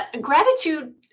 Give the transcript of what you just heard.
gratitude